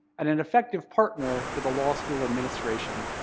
and an effective partner to the law school administration.